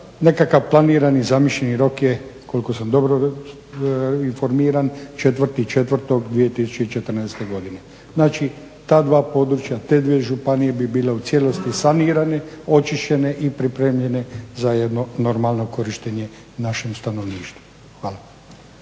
Nekakav planirani zamišljeni rok je koliko sam dobro informiran 4.4.2014.znači ta dva područja, te dvije županije bi bile u cijelosti sanirane, očišćene i pripremljene za jedno normalno korištenje našem stanovništvu. Hvala.